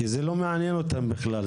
כי זה לא מעניין אותם בכלל,